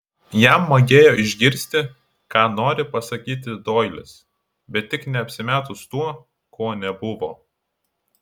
jam magėjo išgirsti ką nori pasakyti doilis bet tik ne apsimetus tuo kuo nebuvo